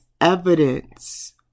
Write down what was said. evidence